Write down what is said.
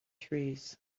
trees